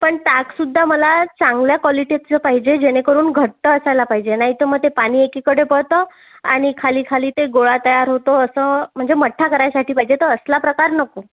पण ताकसुद्धा मला चांगल्या क्वालिटीचं पाहिजे जेणेकरून घट्ट असायला पाहिजे नाहीतर मग ते पाणी एकीकडे पळतं आणि खाली खाली ते गोळा तयार होतो असं म्हणजे मठ्ठा करायसाठी पाहिजे तर असला प्रकार नको